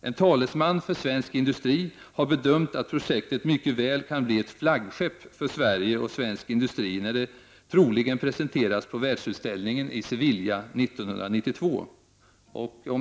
En talesman för svensk industri har bedömt att projektet mycket väl kan bli ett flaggskepp för Sverige och och för svensk industri när det — för så blir det troligen — presenteras på världsutställningen i Sevilla 1992.